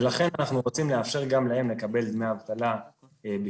ולכן אנחנו רוצים לאפשר גם להם לקבל דמי אבטלה בעקבות